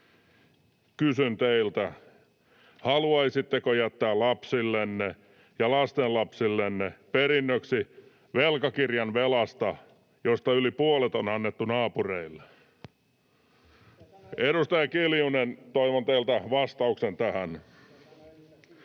kysyn teiltä — haluaisitteko jättää lapsillenne ja lastenlapsillenne perinnöksi velkakirjan velasta, josta yli puolet on annettu naapureille? Edustaja Kiljunen, toivon teiltä vastauksen tähän.